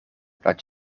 dat